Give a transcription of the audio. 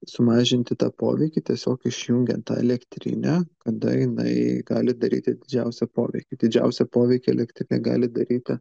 sumažinti tą poveikį tiesiog išjungiant tą elektrinę kada jinai gali daryti didžiausią poveikį didžiausią poveikį elektrinė gali daryti